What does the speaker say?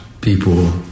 people